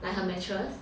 like her mattress